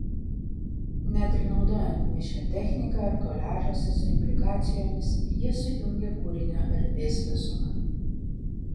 net ir naudojant mišrią techniką ar koliažuose su implikacijomis jie sujungia kūrinio erdvės visumą